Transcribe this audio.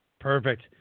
Perfect